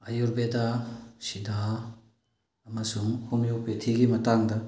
ꯑꯌꯨꯔꯕꯦꯗ ꯁꯤꯗꯥ ꯑꯃꯁꯨꯡ ꯍꯣꯃꯤꯑꯣꯄꯦꯊꯤꯒꯤ ꯃꯇꯥꯡꯗ